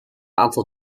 aantal